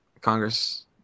Congress